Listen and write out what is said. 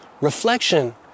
reflection